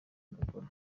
idakora